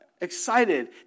excited